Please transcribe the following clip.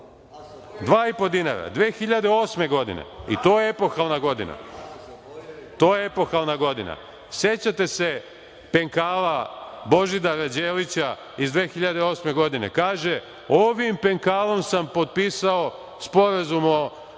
2,5 dinara. Godine 2008, to je epohalna godina, sećate se penkala Božidara Đelića iz 2008. godine, kaže – ovim penkalom sam potpisao Sporazum o